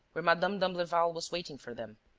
where madame d'imblevalle was waiting for them.